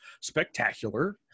spectacular